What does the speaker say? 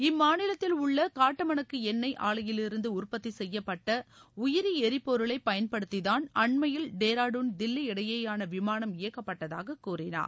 இம்மாநிலத்தில் உள்ள காட்டாமணக்கு எண்ணெய் ஆலையிலிருந்து உற்பத்தி செய்யப்பட்ட உயிரி ளிபொருளை பயன்படுத்திதான் அண்மையில் டேராடுன் இயக்கப்பட்டதாக கூறினார்